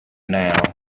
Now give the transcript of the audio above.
now